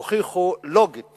הוכיחו לוגית